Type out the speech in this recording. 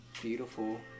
beautiful